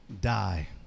Die